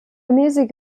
music